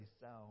sound